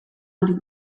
hori